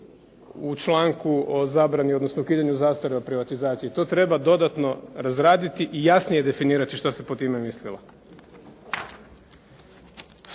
u članku, o zabrani, odnosno ukidanju zastare u privatizaciji, to treba dodatno razraditi i jasnije definirati što se pod time mislilo.